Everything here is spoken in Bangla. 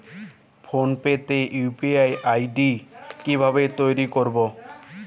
ফোন পে তে ইউ.পি.আই আই.ডি কি ভাবে তৈরি করবো?